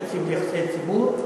תקציב יחסי ציבור.